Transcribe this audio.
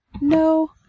No